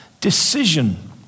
decision